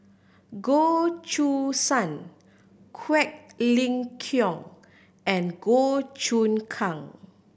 Goh Choo San Quek Ling Kiong and Goh Choon Kang